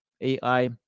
AI